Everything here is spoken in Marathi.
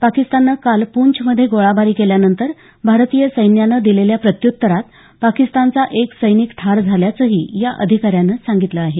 पाकिस्ताननं काल पूंछमध्ये गोळाबारी केल्यानंतर भारतीय सैन्यानं दिलेल्या प्रत्युत्तरात पाकिस्तानचा एक सैनिक ठार झाल्याचंही या अधिका यानं सांगितलं आहे